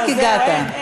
רק הגעת.